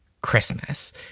Christmas